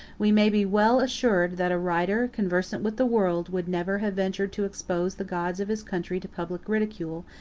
we may be well assured, that a writer, conversant with the world, would never have ventured to expose the gods of his country to public ridicule,